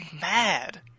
mad